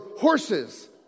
horses